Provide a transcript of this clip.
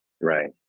Right